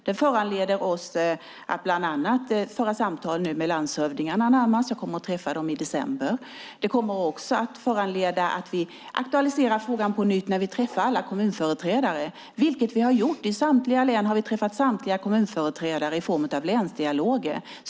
Det föranleder oss att bland annat nu föra samtal närmast med landshövdingarna. Jag kommer att träffa dem i december. Det kommer också att föranleda att vi aktualiserar frågan på nytt när vi träffar alla kommunföreträdare. Vi har i samtliga län träffat samtliga kommunföreträdare i form av länsdialoger.